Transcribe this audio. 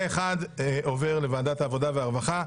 פה אחד עובר לוועדת העבודה והרווחה.